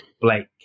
Blake